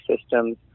systems